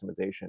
customization